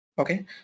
Okay